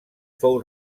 fou